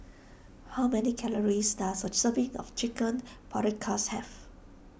how many calories does a serving of Chicken Paprikas have